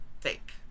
fake